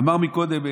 אמר קודם,